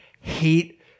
hate